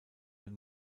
ein